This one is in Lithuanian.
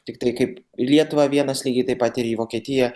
tiktai kaip į lietuvą vienas lygiai taip pat ir į vokietiją